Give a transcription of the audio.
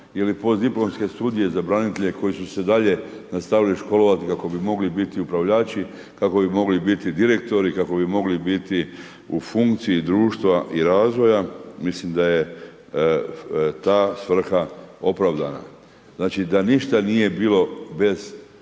ili postdiplomske studije za branitelje koji su se dalje nastavili školovati kako bi mogli biti upravljači, kako bi mogli biti direktori, kako bi mogli biti u funkciji društva i razvoja, mislim da je ta svrha opravdana. Znači da ništa nije bilo bez